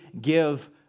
give